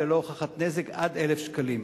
ללא הוכחת נזק עד 1,000 שקלים.